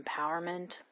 empowerment